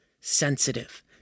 sensitive